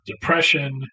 depression